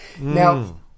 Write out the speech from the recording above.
Now